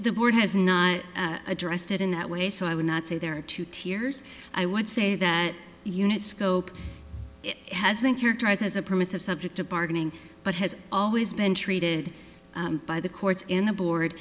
the board has not addressed it in that way so i would not say there are two tiers i would say that the unit scope it has been characterized as a permissive subject of bargaining but has always been treated by the courts in the board